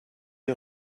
est